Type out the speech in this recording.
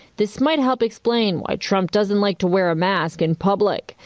this might help explain why trump doesn't like to wear a mask in public.